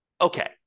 okay